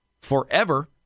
Forever